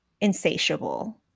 insatiable